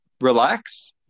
relax